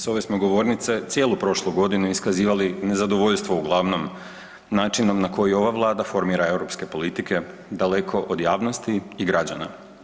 S ove smo govornice cijelu prošle godine iskazivali nezadovoljstvo uglavnom načinom na koji ova Vlada formira europske politike daleko od javnosti i građana.